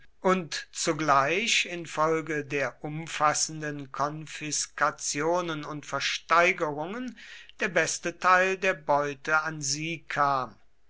und zugleich infolge der umfassenden konfiskationen und versteigerungen der beste teil der beute an sie kam